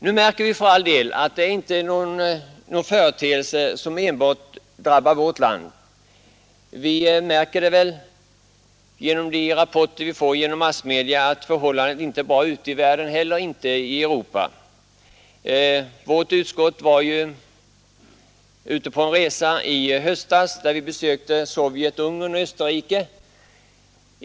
Nu märker vi för all del att denna företeelse inte enbart drabbar vårt land. Genom de rapporter vi får genom massmedia märker vi att inte heller förhållandena ute i världen eller i Europa är bra. Vårt utskott var ju ute på en resa i höstas, varvid vi besökte Sovjet, Ungern och Österrike.